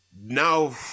Now